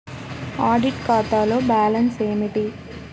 Audit ఖాతాలో balance ఏమిటీ?